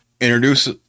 introduce